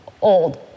old